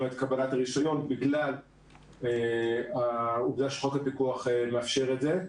את קבלת הרישיון בגלל העובדה שחוק הפיקוח מאפשר את זה.